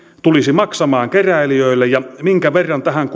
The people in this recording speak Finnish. tulisi maksamaan keräilijöille ja minkä verran tähän